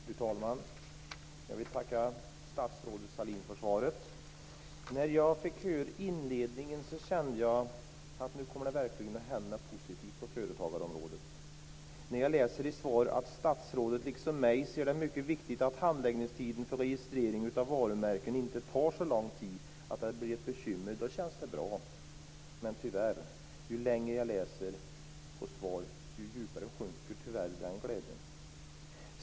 Fru talman! Jag vill tacka statsrådet Sahlin för svaret. När jag fick höra inledningen kände jag att nu kommer det verkligen att hända något positivt på företagarområdet. Jag läser i svaret att statsrådet, liksom jag, anser att det är mycket viktigt att handläggningstiden för registrering av varumärken inte tar så lång tid att det blir ett bekymmer. Det känns bra. Men tyvärr, ju längre jag läser i svaret, desto mer avtar den glädjen.